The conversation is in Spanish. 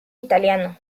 italiano